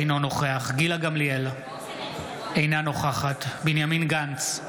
אינו נוכח גילה גמליאל, אינה נוכחת בנימין גנץ,